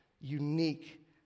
unique